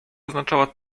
oznaczała